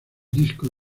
disco